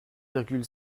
virgule